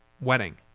wedding